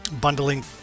bundling